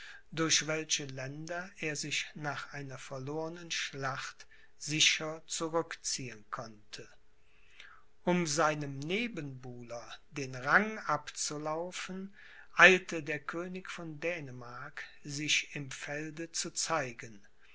durch welche länder er sich nach einer verlornen schlacht sicher zurückziehen konnte um seinem nebenbuhler den rang abzulaufen eilte der könig von dänemark sich im felde zu zeigen